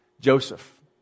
Joseph